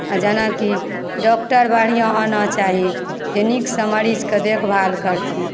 आ जेनाकि डॉक्टर बढ़िआँ होना चाही जे नीकसँ मरीजकऽ देखभाल करथिन